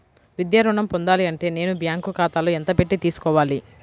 విద్యా ఋణం పొందాలి అంటే నేను బ్యాంకు ఖాతాలో ఎంత పెట్టి తీసుకోవాలి?